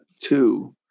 Two